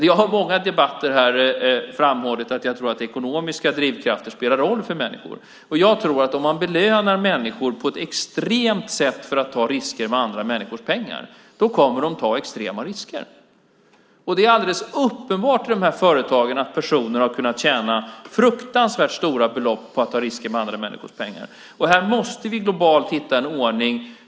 Jag har i många debatter här framhållit att jag tror att ekonomiska drivkrafter spelar roll för människor. Jag tror att om man belönar människor på ett extremt sätt för att ta risker med andra människors pengar kommer de att ta extrema risker. Det är alldeles uppenbart i de här företagen att personer har kunnat tjäna fruktansvärt stora belopp på att ta risker med andra människors pengar. Här måste vi globalt hitta en ordning.